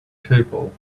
table